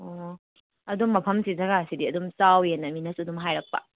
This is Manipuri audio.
ꯑꯣ ꯑꯗꯨꯝ ꯃꯐꯝꯁꯤꯗ ꯖꯒꯥꯁꯤꯗꯤ ꯑꯗꯨꯝ ꯆꯥꯎꯏꯅ ꯃꯤꯅꯁꯨ ꯑꯗꯨꯝ ꯍꯥꯏꯔꯛꯄ